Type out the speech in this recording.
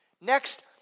Next